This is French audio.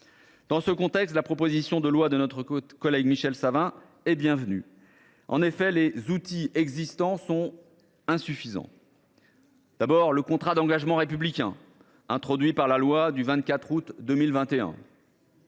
Dans ce contexte, la proposition de loi de notre collègue Michel Savin est bienvenue. En effet, les outils existants sont insuffisants. Tout d’abord, le contrat d’engagement républicain (CER), introduit par la loi du 24 août 2021,